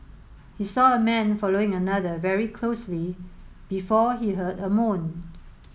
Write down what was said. he saw a man following another very closely before he heard a moan